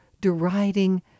deriding